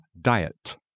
diet